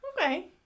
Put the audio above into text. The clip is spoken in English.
okay